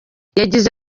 yagize